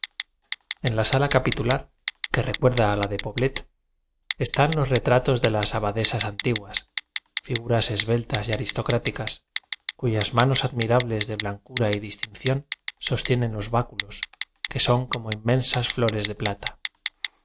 en la sala capitular que recuerda a la de poblet están los retratos de las abadesas antiguas figuras esbeltas y aris tocráticas cuyas manos admirables de blancura y distinción sostienen los báculos que son como inmensas flores de piafa